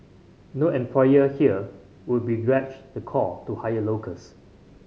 no employer here would begrudge the call to hire locals